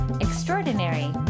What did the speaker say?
extraordinary